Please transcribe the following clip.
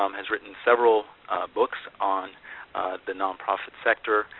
um has written several books on the nonprofit sector,